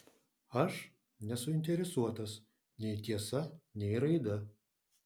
aš nesuinteresuotas nei tiesa nei raida